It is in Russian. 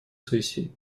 сессии